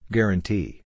Guarantee